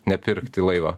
nepirkti laivo